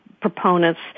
proponents